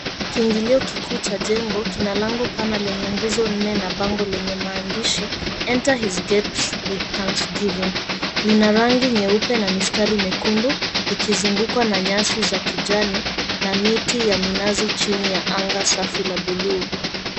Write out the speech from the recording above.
Kiingilio kikuu cha jengo kina lango pana lenye nguzo nne na bango lenye maandishi ENTER HIS GATES WITH THANKSGIVING . Lina rangi nyeupe na mistari mekundu likizungukwa na nyasi za kijani na miti ya minazi chini ya anga safi la buluu.